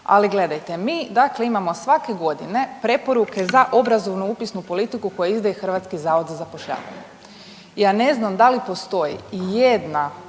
Ali gledajte, mi dakle imamo svake godine preporuke za obrazovnu upisnu politiku koju izdaje HZZ. Ja ne znam da li postoji ijedna